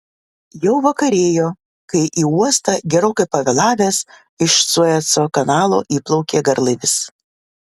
jau vakarėjo kai į uostą gerokai pavėlavęs iš sueco kanalo įplaukė garlaivis